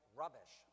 rubbish